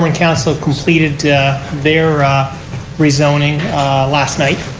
and council completed their ah rezoning last night.